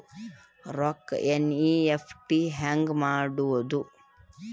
ರೊಕ್ಕ ಎನ್.ಇ.ಎಫ್.ಟಿ ಹ್ಯಾಂಗ್ ಮಾಡುವುದು?